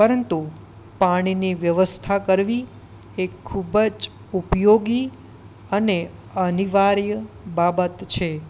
પરંતુ પાણીની વ્યવસ્થા કરવી એ ખૂબ જ ઉપયોગી અને અનિવાર્ય બાબત છે